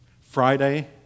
Friday